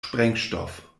sprengstoff